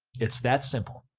it's that simple!